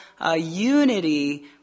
Unity